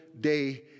day